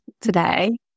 today